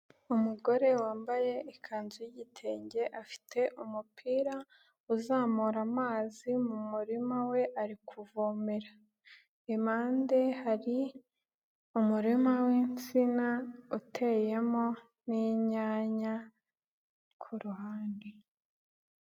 Umugore wambaye ikanzu y'igitenge afite umupira uzamura amazi mu murima we ari kuvomera, impande hari umurima w'insina uteyemo n'inyanya ku ruhande.